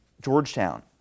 Georgetown